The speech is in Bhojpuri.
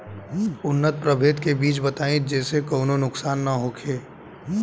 उन्नत प्रभेद के बीज बताई जेसे कौनो नुकसान न होखे?